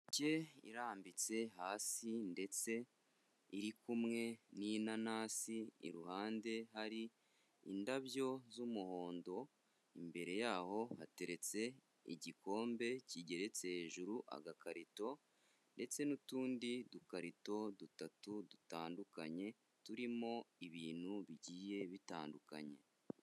Imineke irambitse hasi ndetse iri kumwe n'inanasi, iruhande hari indabyo z'umuhondo, imbere yaho hateretse igikombe kigeretse hejuru agakarito ndetse n'utundi dukarito dutatu dutandukanye turimo ibintu bigiye bitandukanye.